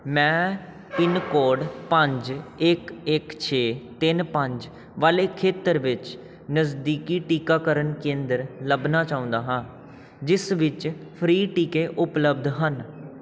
ਮੈਂ ਪਿੰਨਕੋਡ ਪੰਜ ਇੱਕ ਇੱਕ ਛੇ ਤਿੰਨ ਪੰਜ ਵਾਲੇ ਖੇਤਰ ਵਿੱਚ ਨਜ਼ਦੀਕੀ ਟੀਕਾਕਰਨ ਕੇਂਦਰ ਲੱਭਣਾ ਚਾਹੁੰਦਾ ਹਾਂ ਜਿਸ ਵਿੱਚ ਫ੍ਰੀ ਟੀਕੇ ਉਪਲਬਧ ਹਨ